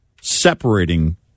separating